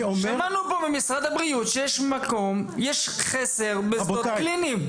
שמענו פה ממשרד הבריאות שיש מחסור בשדות קליניים.